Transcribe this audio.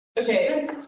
Okay